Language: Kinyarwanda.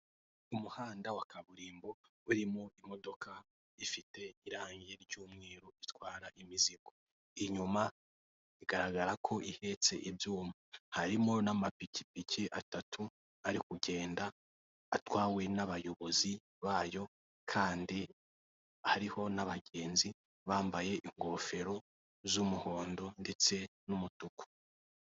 Umuhanda wa Kaburimbo urimo imodoka ifite irangi ry'umweru itwara imizigo. inyuma igaragara ko ihetse ibyuma. Harimo n'amapikipiki atatu ari kugenda, atwawe n'abayobozi bayo. Kandi hariho n' abagenzi bambaye ingofero z'umuhondo ndetse n'umutuku.